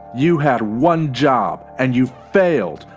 you had one job and you failed,